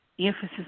emphasis